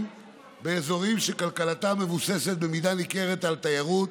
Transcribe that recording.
באזורים שכלכלתם מבוססת במידה ניכרת על תיירות